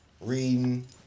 reading